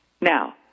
now